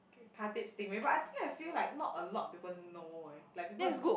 K Khatib stingray but I think I feel like not a lot people know eh like people don't